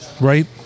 Right